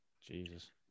Jesus